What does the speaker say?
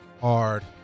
hard